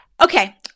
Okay